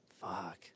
Fuck